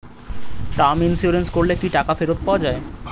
Term insurance করলে কি টাকা ফেরত পাওয়া যায়?